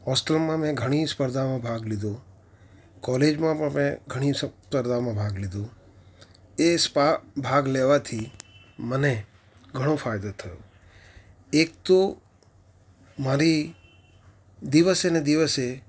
હોસ્ટેલમાં મેં ઘણી સ્પર્ધામાં ભાગ લીધો કોલેજમાં પણ મેં ઘણી સ્પર્ધામાં ભાગ લીધો એ સ્પા ભાગ લેવાથી મને ઘણો ફાયદો થયો એક તો મારી દિવસેને દિવસે